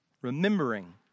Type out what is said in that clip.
remembering